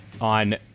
on